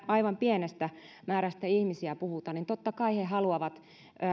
aivan pienestä määrästä ihmisiä totta kai he haluavat